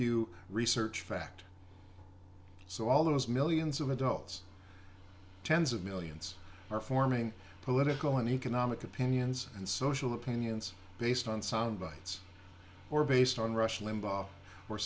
pew research fact so all those millions of adults tens of millions are forming political and economic opinions and social opinions based on sound bites or based on rush limbaugh